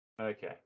Okay